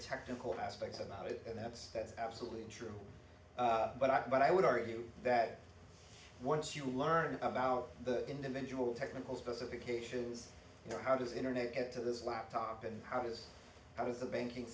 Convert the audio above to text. technical aspects about it and that's absolutely true but i would argue that once you learn about the individual technical specifications you know how does internet get to this laptop and how does how does the banking